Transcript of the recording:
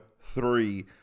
three